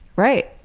right.